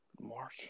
Mark